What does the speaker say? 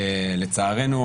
לצערנו,